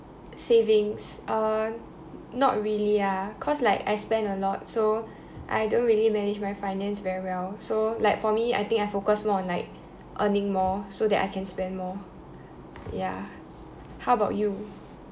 savings uh not really ah cause like I spend a lot so I don't really manage my finance very well so like for me I think I focus more on like earning more so that I can spend more ya how about you